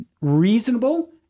reasonable